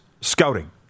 scouting